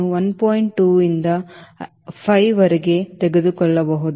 2 ರಿಂದ 5 ರವರೆಗೆ ತೆಗೆದುಕೊಳ್ಳಬಹುದು